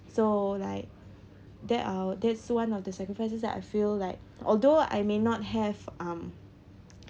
so like that uh that is one of the sacrifices that I feel like although I may not have um